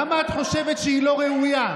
למה את חושבת שהיא לא ראויה?